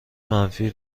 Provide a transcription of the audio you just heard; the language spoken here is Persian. منفی